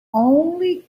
only